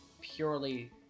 purely